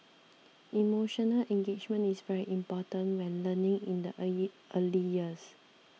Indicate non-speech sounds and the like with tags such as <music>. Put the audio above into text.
emotional engagement is very important when learning in the <unintelligible> early years